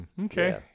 Okay